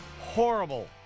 horrible